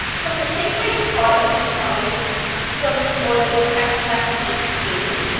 so to think i'd hide behind some sort of text message exchange,